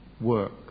work